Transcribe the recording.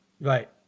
Right